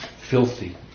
filthy